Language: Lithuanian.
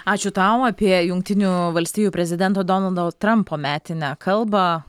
ačiū tau apie jungtinių valstijų prezidento donaldo trampo metinę kalbą